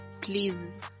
please